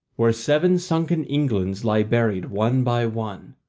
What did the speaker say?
where seven sunken englands lie buried one by one,